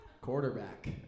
Quarterback